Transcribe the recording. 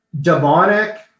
Demonic